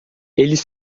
eles